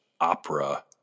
opera